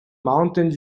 mountain